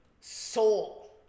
soul